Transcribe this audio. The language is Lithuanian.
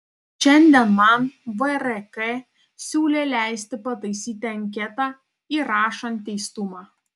šiandien man vrk siūlė leisti pataisyti anketą įrašant teistumą